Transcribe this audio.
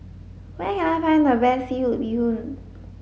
where can I find the best seafood bee hoon